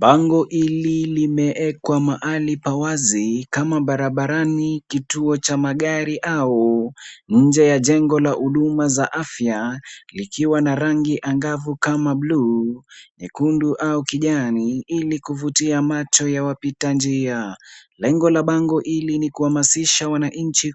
Bango hili limewekwa mahali pa wazi kama barabarani, kituo cha magari au nje ya jengo la huduma za afya likiwa na rangi angavu kama blue , nyekundu au kijani ili kuvutia macho ya wapita njia. Lengo la bango hili ni kuhamasisha wananchi